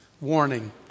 warning